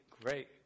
Great